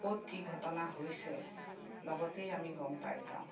ক'ত কি ঘটনা হৈছে লগতেই আমি গম পাই যাওঁ